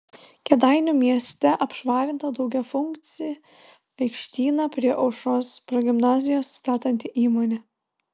kėdainių mieste apšvarinta daugiafunkcį aikštyną prie aušros progimnazijos statanti įmonė